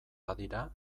badira